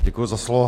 Děkuji za slovo.